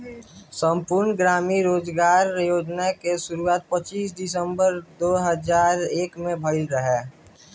संपूर्ण ग्रामीण रोजगार योजना के शुरुआत पच्चीस सितंबर दो हज़ार एक में भइल रहे